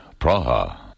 Praha